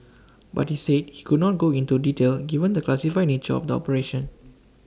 but he said he could not go into detail given the classified nature of the operation